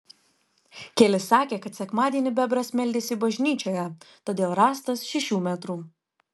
keli sakė kad sekmadienį bebras meldėsi bažnyčioje todėl rąstas šešių metrų